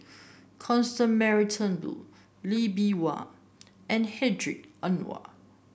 Constance Mary Turnbull Lee Bee Wah and Hedwig Anuar